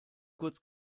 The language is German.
kurz